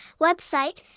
website